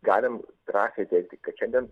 galim drąsiai teigti kad šiandien